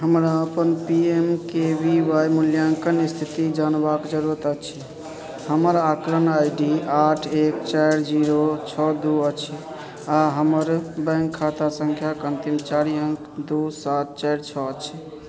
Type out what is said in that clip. हमरा अपन P M K V Y मूल्याङ्कन स्थिति जानबाक जरूरत अछि हमर आकरण आइ डी आठ एक चारि जीरो छओ दू अछि आओर हमर बैंक खाता सङ्ख्याके अन्तिम चारि अङ्क दू सात चारि छओ अछि